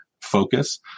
focus